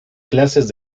clases